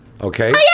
Okay